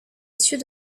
issus